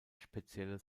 spezielle